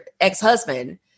ex-husband